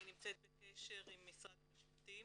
היא נמצאת בקשר עם משרד המשפטים.